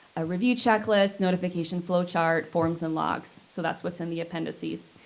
a review checklist, notification flow chart, forms and logs. so that's what's in the appendices.